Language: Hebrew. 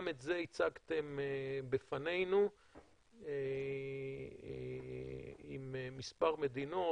גם את זה הצגתם בפנינו עם מספר מדינות.